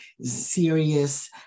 serious